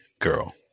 girl